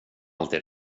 alltid